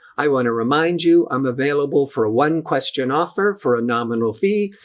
i wanna remind you i'm available for one question offer for a nominal fee.